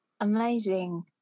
Amazing